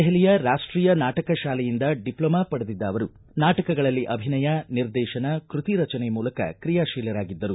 ದೆಹಲಿಯ ರಾಷ್ವೀಯ ನಾಟಕ ಶಾಲೆಯಿಂದ ಡಿಪ್ಲೊಮಾ ಪಡೆದಿದ್ದ ಅವರು ನಾಟಕಗಳಲ್ಲಿ ಅಭಿನಯ ನಿರ್ದೇತನ ಕೃತಿ ರಚನೆ ಮೂಲಕ ಕ್ರಿಯಾಶೀಲರಾಗಿದ್ದರು